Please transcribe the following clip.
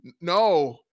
No